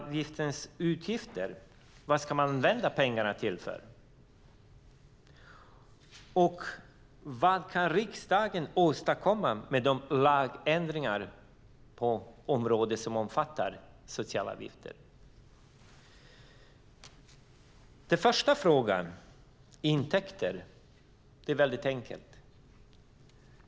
Avgiftens utgifter - vad ska vi använda pengarna till? Och vad kan riksdagen åstadkomma med lagändringar på området som omfattar sociala avgifter? Den första frågan, om intäkter, är väldigt enkel.